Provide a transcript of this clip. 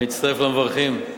אני מצטרף למברכים,